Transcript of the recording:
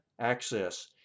access